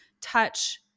touch